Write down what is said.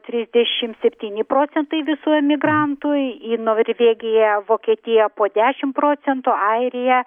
trisdešim septyni procentai visų emigrantų į norvėgiją vokietiją po dešim procentų airiją